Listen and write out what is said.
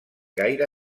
gaire